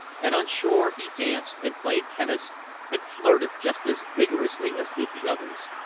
and on shore he danced and played tennis and flirted just as vigorously as did the others.